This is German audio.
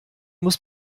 muss